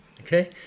okay